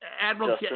Admiral